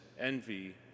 envy